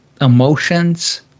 emotions